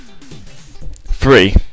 Three